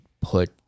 put